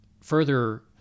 further